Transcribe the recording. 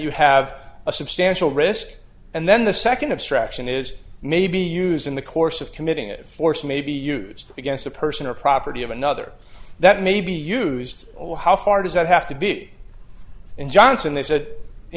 you have a substantial risk and then the second obstruction is may be used in the course of committing a force may be used against a person or property of another that may be used or how far does that have to be in johnson they said you